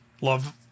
Love